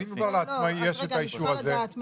אני צריכה לדעת מה,